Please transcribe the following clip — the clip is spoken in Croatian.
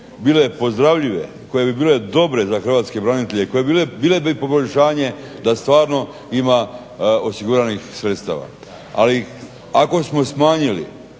bile pozdravljive, koje bi bile dobre za hrvatske branitelje, bile bi poboljšanje da stvarno ima osiguranih sredstava. Ali ako smo smanjili